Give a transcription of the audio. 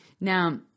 now